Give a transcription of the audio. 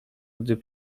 gdy